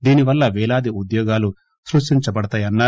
దీనివల్ల వేలాది ఉద్యోగాలు సృష్టించబడతాయన్నారు